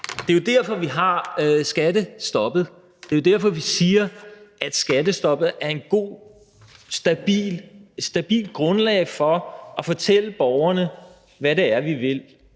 det er jo derfor, vi har skattestoppet. Det er derfor, vi siger, at skattestoppet er et godt, stabilt grundlag for at fortælle borgerne, hvad det er, vi vil